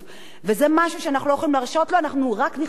אנחנו רק נחשפנו אליו בעניין של "קיקה" לא מזמן,